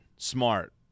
Smart